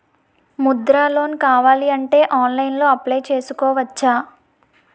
Mudra loan కావాలి అంటే ఆన్లైన్లో అప్లయ్ చేసుకోవచ్చా?